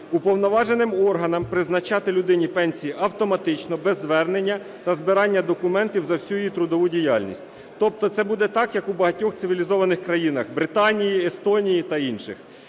уповноваженим органам призначати людині пенсії автоматично без звернення та збирання документів за всю її трудову діяльність. Тобто це буде так, як у багатьох цивілізованих країнах – Британії, Естонії та інших.